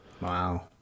wow